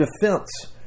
defense